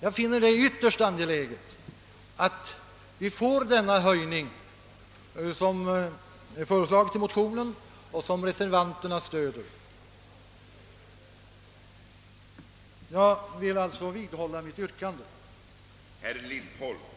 Jag finner det ytterst angeläget att den i motionen föreslagna höjningen, vilken också förordas av reservanterna, bifalles.